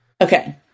Okay